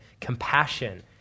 compassion